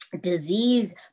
disease